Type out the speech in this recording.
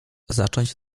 zacząć